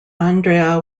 andrea